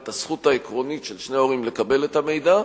את הזכות העקרונית של שני הורים לקבל את המידע,